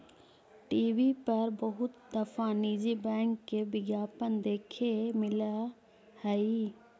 TV पर बहुत दफा निजी बैंक के विज्ञापन देखे मिला हई